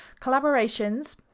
collaborations